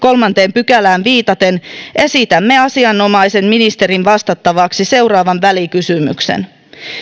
pykälään viitaten esitämme asianomaisen ministerin vastattavaksi seuraavan välikysymyksen